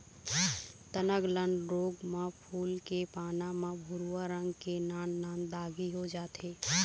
तनगलन रोग म फूल के पाना म भूरवा रंग के नान नान दागी हो जाथे